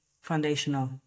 foundational